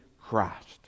Christ